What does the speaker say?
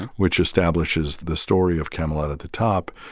which establishes the story of camelot at the top.